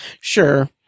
Sure